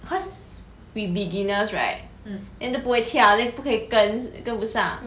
cause we beginners right then 都不会跳 then 不可以跟跟不上的